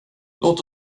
låt